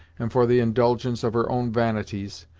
and for the indulgence of her own vanities,